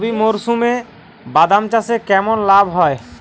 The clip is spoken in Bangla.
রবি মরশুমে বাদাম চাষে কেমন লাভ হয়?